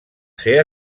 ser